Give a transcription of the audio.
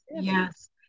yes